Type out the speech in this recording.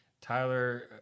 Tyler